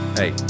hey